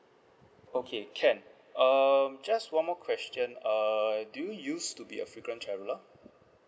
okay can um just one more question uh do you used to be a frequent traveller